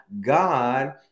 God